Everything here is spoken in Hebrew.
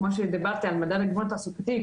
כמו שדיברתי על מדד הגיוון התעסוקתי,